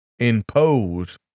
impose